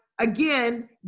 again